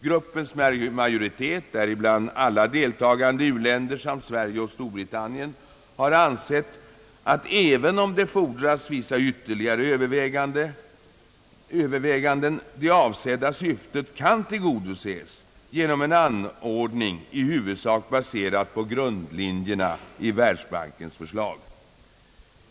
Gruppens majoritet, däribland alla deltagande u-länder samt Sverige och Storbritannien, har ansett att även om det fordras vissa ytterligare överväganden kan det avsedda syftet tillgodoses genom en anordning, i huvudsak baserad på grundlinjerna i världsbankens förslag.